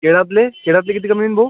केळ्यातले केळ्यातले किती कमी होईन भाऊ